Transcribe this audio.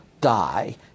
die